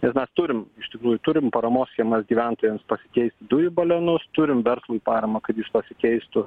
ir na turim iš tikrųjų turim paramos schemas gyventojams pasikeisti dujų balionus turim verslui paramą kad jis pasikeistų